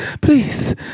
please